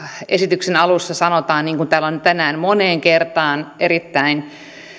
esityksen alussa sanotaan niin kuin täällä on tänään moneen kertaan erittäin